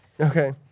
Okay